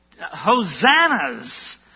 hosannas